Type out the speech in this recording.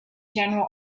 general